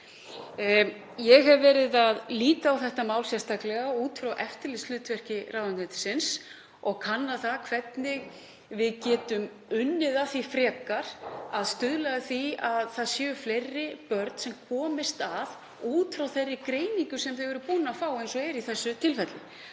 Ég hef verið að líta á þetta mál sérstaklega út frá eftirlitshlutverki ráðuneytisins og kanna hvernig við getum unnið að því frekar að stuðla að því að fleiri börn komist að út frá þeirri greiningu sem þau eru búin að fá eins og er í þessu tilfelli.